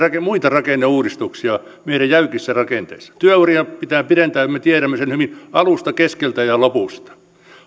muita rakenneuudistuksia meidän jäykissä rakenteissa työuria pitää pidentää me tiedämme sen hyvin alusta keskeltä ja lopusta